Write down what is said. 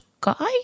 guy